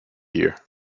there